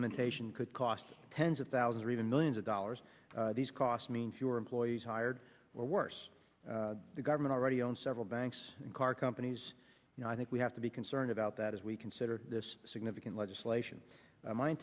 limitation could cost tens of thousands or even millions of dollars these costs mean fewer employees hired or worse the government already owns several banks and car companies you know i think we have to be concerned about that as we consider this significant legislation m